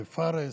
לפארז,